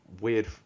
weird